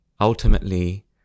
ultimately